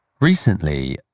Recently